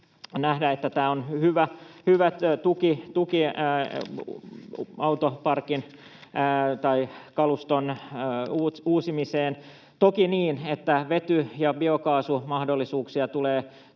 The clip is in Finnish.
että tämä on hyvä tuki autoparkin tai kaluston uusimiseen, toki niin, että vety- ja biokaasumahdollisuuksia tulee